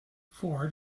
ford